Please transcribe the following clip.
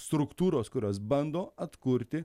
struktūros kurios bando atkurti